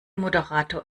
moderator